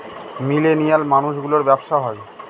millennial মানুষ গুলোর ব্যাবসা হয়